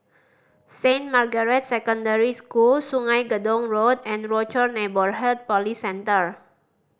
Saint Margaret's Secondary School Sungei Gedong Road and Rochor Neighborhood Police Centre